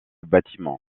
bâtiment